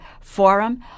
forum